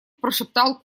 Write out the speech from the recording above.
прошептал